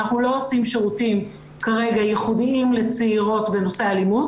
אנחנו לא עושים שירותים כרגע ייחודיים לצעירות בנושא אלימות,